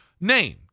named